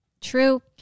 true